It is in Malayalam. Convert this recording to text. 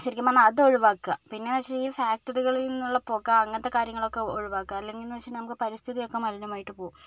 ശെരിക്കും പറഞ്ഞാൽ അത് ഒഴിവാക്കുക പിന്നേന്ന് വെച്ചിട്ടുണ്ടേൽ ഈ ഫാക്ടറിയിൽ നിന്നുള്ള പുക അങ്ങനത്തേ കാര്യങ്ങളൊക്കേ ഒഴിവാക്കുക അല്ലെങ്കിൽ എന്ന് വെച്ചിട്ടുണ്ടേൽ പരിസ്ഥിതിയൊക്കെ മലിനമായിട്ട് പോകും